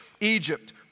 Egypt